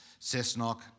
Cessnock